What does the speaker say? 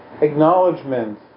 acknowledgement